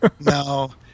No